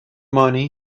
money